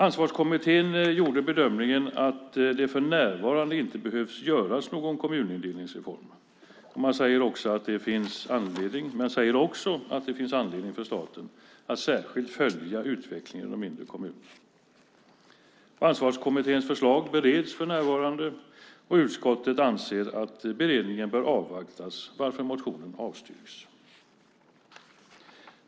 Ansvarskommittén gjorde bedömningen att det för närvarande inte behöver göras någon kommunindelningsreform, men säger också att det finns anledning för staten att särskilt följa utvecklingen inom de mindre kommunerna. Ansvarskommitténs förslag bereds för närvarande. Utskottet anser att beredningen bör avvaktas, varför motionen avstyrks.